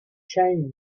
change